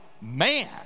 man